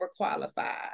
overqualified